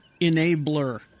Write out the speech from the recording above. enabler